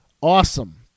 awesome